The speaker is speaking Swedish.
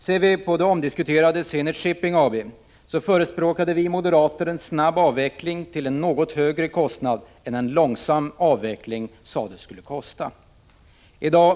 En studie av det omdiskuterade Zenit Shipping AB visar att vi moderater förespråkade en snabb avveckling till en något högre kostnad än vad en långsam avveckling sades komma att innebära.